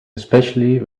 especially